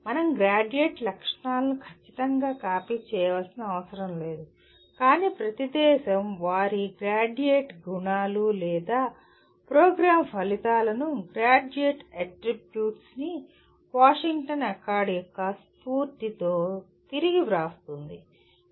మనం గ్రాడ్యుయేట్ లక్షణాలను ఖచ్చితంగా కాపీ చేయవలసిన అవసరం లేదు కానీ ప్రతి దేశం వారి గ్రాడ్యుయేట్ గుణాలు లేదా ప్రోగ్రామ్ ఫలితాలను గ్రాడ్యుయేట్ అట్రిబ్యూట్స్ ని వాషింగ్టన్ అకార్డ్ యొక్క స్ఫూర్తితో తిరిగి వ్రాస్తుంది